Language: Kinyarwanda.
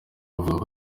bavuga